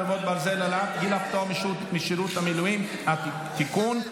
חרבות ברזל) (העלאת גיל הפטור משירות מילואים) (תיקון),